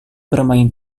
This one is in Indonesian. bermain